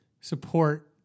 support